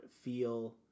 feel